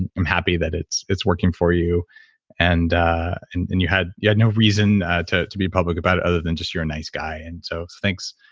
and i'm happy that it's it's working for you and and and you had you had no reason to to be public about it other than just you're a nice guy. and so thanks.